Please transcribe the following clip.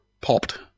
popped